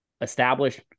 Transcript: establish